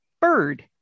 Bird